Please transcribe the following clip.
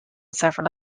several